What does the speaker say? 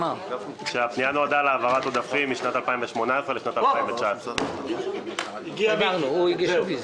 הפנייה נועדה להעברת עודפים משנת 2018 לשנת 2019. תשלום ריבית